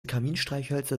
kaminstreichhölzer